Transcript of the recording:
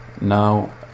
Now